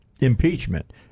impeachment